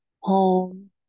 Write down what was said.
home